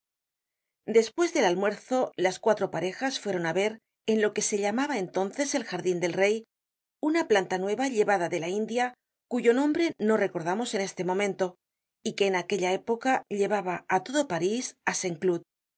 despues del almuerzo las cuatro parejas fueron á ver en lo que se llamaba entonces el jardin del rey una planta nueva llevada de la india cuyo nombre no recordamos en este momento y que en aquella época llevaba á todo parís